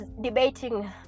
debating